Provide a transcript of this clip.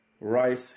Rice